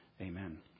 Amen